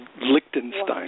Liechtenstein